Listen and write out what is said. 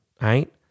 right